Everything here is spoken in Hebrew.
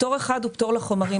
פטור אחד הוא פטור לחומרים,